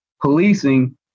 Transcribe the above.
policing